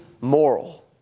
moral